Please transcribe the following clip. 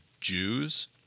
Jews